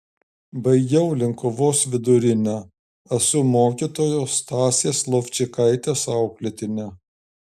baigiau linkuvos vidurinę esu mokytojos stasės lovčikaitės auklėtinė